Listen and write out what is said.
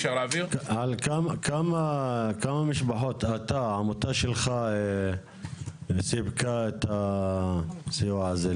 לכמה משפחות העמותה שלך סיפקה את הסיוע הזה?